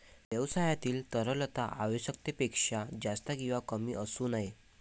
व्यवसायातील तरलता आवश्यकतेपेक्षा जास्त किंवा कमी असू नये